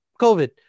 COVID